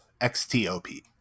X-T-O-P